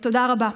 תודה רבה.